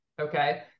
Okay